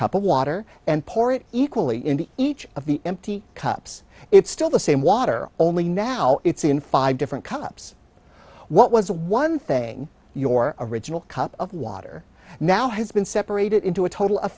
cup of water and pour it equally in each of the empty cups it's still the same water only now it's in five different cups what was one thing your original cup of water now has been separated into a total of